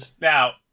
Now